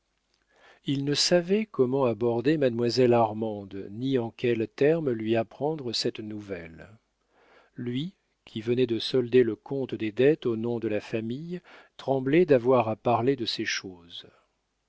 il ne savait comment aborder mademoiselle armande ni en quels termes lui apprendre cette nouvelle lui qui venait de solder le compte des dettes au nom de la famille tremblait d'avoir à parler de ces choses